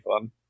fun